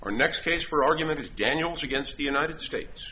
our next case for argument is daniels against the united states